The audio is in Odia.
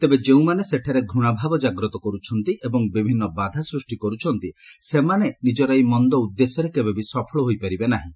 ତେବେ ଯେଉଁମାନେ ସେଠାରେ ଘୂଣାଭାବ ଜାଗ୍ରତ କରୁଛନ୍ତି ଏବଂ ବିଭିନ୍ନ ବାଧା ସ୍ନୁଷ୍ଟି କରୁଛନ୍ତି ସେମାନେ ନିକର ଏହି ମନ୍ଦ ଉଦ୍ଦେଶ୍ୟରେ କେବେବି ସଫଳ ହୋଇପାରିବେ ନାହିଁ